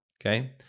okay